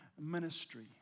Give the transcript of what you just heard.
ministry